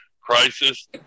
Crisis